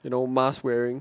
you know mask wearing